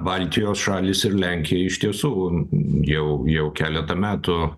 baltijos šalys ir lenkija iš tiesų jau jau keletą metų